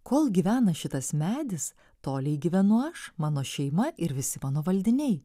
kol gyvena šitas medis tolei gyvenu aš mano šeima ir visi mano valdiniai